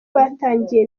batangiye